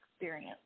experience